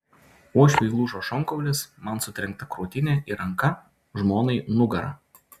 uošviui lūžo šonkaulis man sutrenkta krūtinė ir ranka žmonai nugara